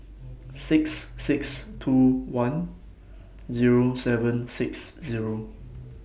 six six two one Zero seven six Zero